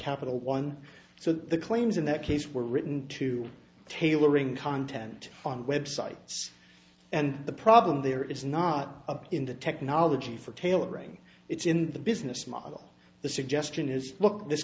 capital one so the claims in that case were written to tailoring content on websites and the problem there is not in the technology for tailoring it's in the business model the suggestion is look this